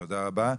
תודה רבה.